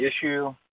issue